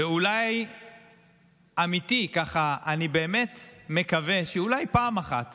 ואולי אמיתי, ככה, אני באמת מקווה שאולי פעם אחת